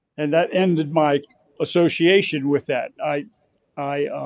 and that ended my association with that. i i